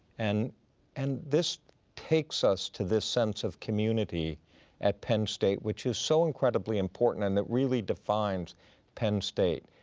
and and this takes us to this sense of community at penn state, which is so incredibly important and that really defines penn state.